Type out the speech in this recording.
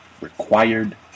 required